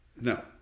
No